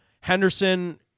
Henderson